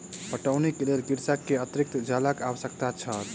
पटौनीक लेल कृषक के अतरिक्त जलक आवश्यकता छल